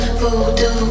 voodoo